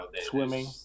Swimming